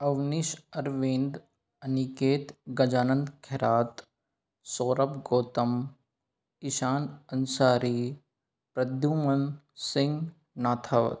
Awanish Arvind Aniket Gajanand Khairat Saurabh Gautam Ishan Ansari Pradyumna Singh Nathawat